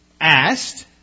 asked